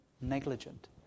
negligent